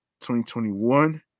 2021